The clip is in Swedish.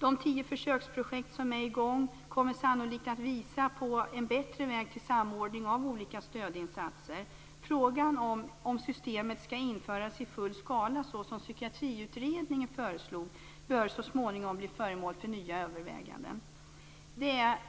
De tio försöksprojekt som är i gång kommer sannolikt att visa på en bättre väg till samordning av olika stödinsatser. Frågan om systemet skall införas i full skala så som Psykiatriutredningen föreslog bör så småningom bli föremål för nya överväganden.